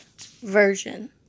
Version